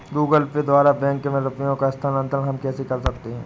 Google Pay द्वारा bank में रुपयों का स्थानांतरण हम कैसे कर सकते हैं?